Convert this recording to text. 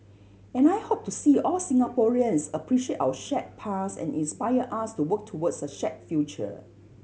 and I hope to see all Singaporeans appreciate our shared past and inspire us to work towards a shared future